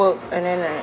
work and then like